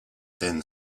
ten